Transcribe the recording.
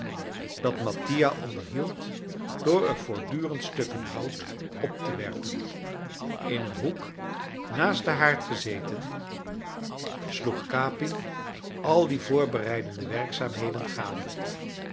dat mattia onderhield door er voortdurend stukken hout op te werpen in een hoek naast den haard gezeten sloeg capi al die voorbereidende werkzaamheden gade